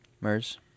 MERS